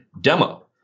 demo